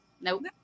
Nope